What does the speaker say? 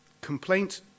Complaint